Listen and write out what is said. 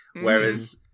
Whereas